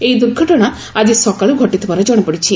ଏହି ଦୁର୍ଘଟଣା ଆଜି ସକାଳୁ ଘଟିଥିବାର ଜଣାପଡ଼ିଛି